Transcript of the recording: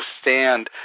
stand